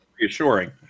reassuring